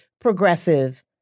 progressive